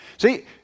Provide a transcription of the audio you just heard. See